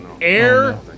Air